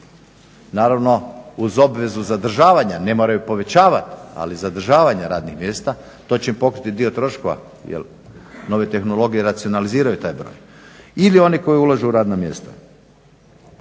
naravno uz obvezu zadržavanja. Ne moraju povećavat, ali zadržavanja radnih mjesta. To će im pokriti dio troškova jer nove tehnologije racionaliziraju taj broj. Ili oni koji ulažu u radna mjesta.